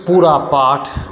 पूरा पाठ